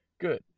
Good